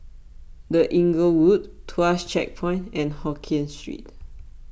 the Inglewood Tuas Checkpoint and Hokien Street